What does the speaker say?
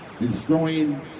destroying